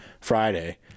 Friday